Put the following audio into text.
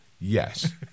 Yes